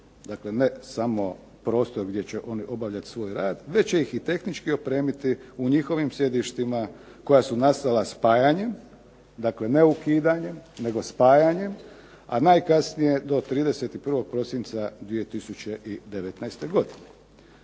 dakle ne samo prostor gdje će oni obavljati svoj rad, već će ih i tehnički opremiti u njihovim sjedištima koja su nastala spajanjem, dakle ne ukidanjem, spajanjem a najkasnije do 31. prosinca 2019. godine.